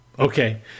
Okay